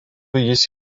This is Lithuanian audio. jis